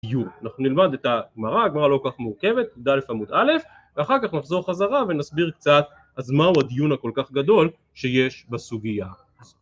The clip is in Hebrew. אנחנו נלמד את הגמרא, הגמרא לא כל כך מורכבת, י״א עמוד א', ואחר כך נחזור חזרה ונסביר קצת אז מהו הדיון הכל כך גדול שיש בסוגיה